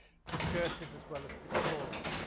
discursive as well as pictorial.